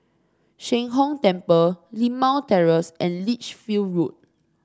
Sheng Hong Temple Limau Terrace and Lichfield Road